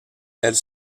elles